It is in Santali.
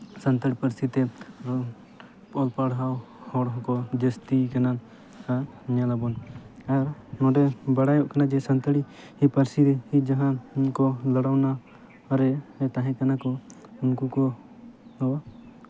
ᱥᱟᱱᱛᱟᱲᱤ ᱯᱟᱹᱨᱥᱤ ᱛᱮ ᱨᱚᱲ ᱚᱞᱼᱯᱟᱲᱦᱟᱣ ᱦᱚᱲ ᱦᱚᱸᱠᱚ ᱡᱟᱹᱥᱛᱤᱭ ᱠᱟᱱᱟ ᱠᱷᱟᱱ ᱧᱮᱞ ᱟᱵᱚᱱ ᱟᱨ ᱱᱚᱰᱮ ᱵᱟᱲᱟᱭᱚᱜ ᱠᱟᱱᱟ ᱡᱮ ᱥᱟᱱᱛᱟᱲᱤ ᱯᱟᱹᱨᱥᱤ ᱨᱮ ᱡᱟᱦᱟᱸ ᱚᱱᱟ ᱠᱚ ᱞᱟᱲᱟᱣᱱᱟ ᱨᱮ ᱛᱟᱦᱮᱸ ᱠᱟᱱᱟ ᱠᱚ ᱩᱱᱠᱩ ᱠᱚᱫᱚ